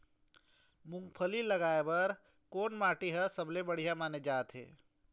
मूंगफली लगाय बर कोन माटी हर सबले बढ़िया माने कागजात हे?